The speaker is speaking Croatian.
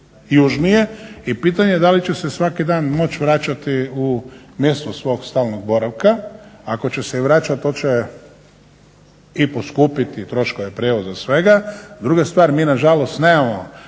južnije i pitanje da li će se svaki dan moći vraćati u mjesto svog stalnog boravka. Ako će se i vraćati hoće i poskupiti i troškove prijevoza, svega. Druga stvar, mi na žalost nemamo